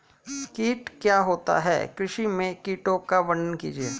कीट क्या होता है कृषि में कीटों का वर्णन कीजिए?